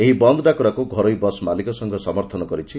ଏହି ବନ୍ଦ ଡାକରାକୁ ଘରୋଇ ବସ୍ ମାଲିକ ସଂଘ ସମର୍ଥନ କରିଛି